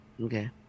Okay